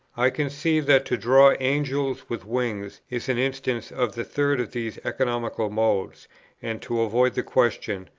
i conceive that to draw angels with wings is an instance of the third of these economical modes and to avoid the question,